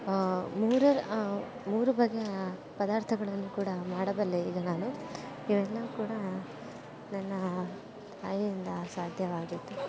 ಮೂರರ ಮೂರು ಬಗೆಯ ಪದಾರ್ಥಗಳನ್ನು ಕೂಡ ಮಾಡಬಲ್ಲೆ ಈಗ ನಾನು ಇವೆಲ್ಲ ಕೂಡ ನನ್ನ ತಾಯಿಯಿಂದ ಸಾಧ್ಯವಾದದ್ದು